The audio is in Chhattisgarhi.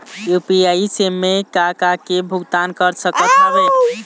यू.पी.आई से मैं का का के भुगतान कर सकत हावे?